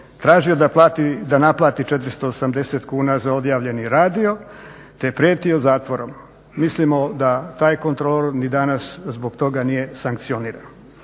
tražio da naplati 480 kuna za odjavljeni radio, te prijetio zatvorom. Mislimo da taj kontrolor ni danas zbog toga nije sankcioniran.